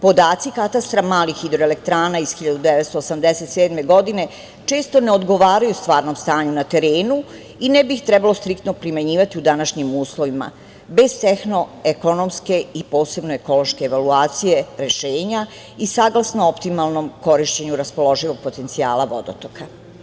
Podaci katastra malih hidroelektrana iz 1987. godine često ne odgovaraju stvarnom stanju na terenu i ne bi ih trebalo striktno primenjivati u današnjim uslovima bez tehno-ekonomske i posebno ekološke evaluacije rešenja i saglasno optimalnom korišćenju raspoloživog potencijala vodotoka.